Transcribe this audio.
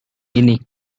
ini